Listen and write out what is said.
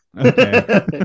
Okay